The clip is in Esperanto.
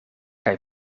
kaj